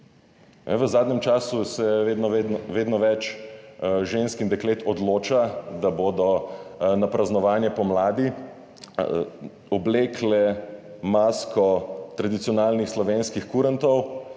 V zadnjem času se vedno več žensk in deklet odloča, da bodo na praznovanje pomladi oblekle masko tradicionalnih slovenskih kurentov.